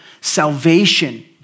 salvation